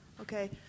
Okay